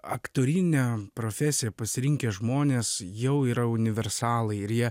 aktorinę profesiją pasirinkę žmonės jau yra universalai ir jie